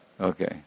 Okay